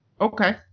Okay